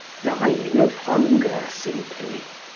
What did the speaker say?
dying of hunger, simply.